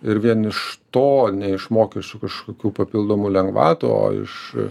ir vien iš to neišmokysiu kažkokių papildomų lengvatų o iš